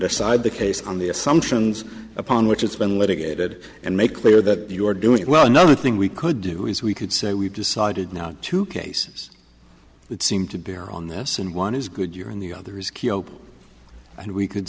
decide the case on the assumptions upon which it's been litigated and make clear that you're doing it well another thing we could do is we could say we've decided now two cases that seem to bear on this and one is good you're in the others and we could